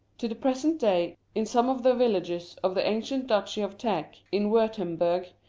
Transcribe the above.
to the present day, in some of the villages of the ancient duchy of teck, in wurtemberg,